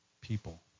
people